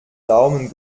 daumen